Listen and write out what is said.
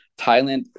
Thailand